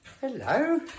Hello